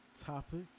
topic